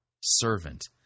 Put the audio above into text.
servant